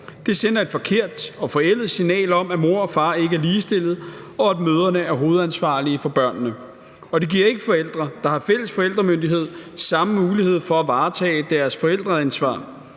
Det sender et forkert og forældet signal om, at mor og far ikke er ligestillede, og at mødrene er hovedansvarlige for børnene, og det giver ikke forældre, der har fælles forældremyndighed, samme mulighed for at varetage deres forældreansvar.